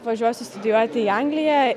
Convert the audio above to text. važiuosiu studijuoti į angliją